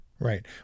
Right